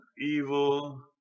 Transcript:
evil